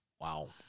Wow